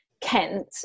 Kent